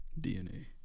DNA